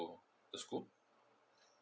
the school